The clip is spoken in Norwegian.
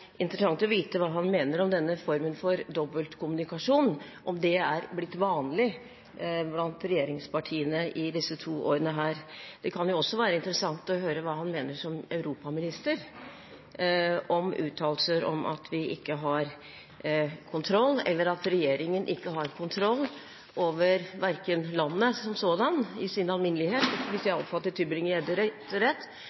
interessant å vite hva han mener om denne formen for dobbeltkommunikasjon – om det er blitt vanlig blant regjeringspartiene disse to årene. Det kan også være interessant å høre hva han som europaminister mener om uttalelser om at vi ikke har kontroll, eller at regjeringen ikke har kontroll over landet som sådant, i sin alminnelighet – hvis jeg